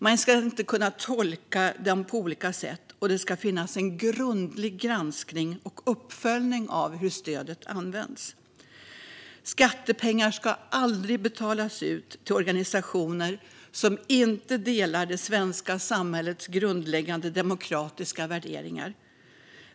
Man ska inte kunna tolka dem på olika sätt, och det ska ske en grundlig granskning och uppföljning av hur stödet används. Skattepengar ska aldrig betalas ut till organisationer som inte delar det svenska samhällets grundläggande demokratiska värderingar.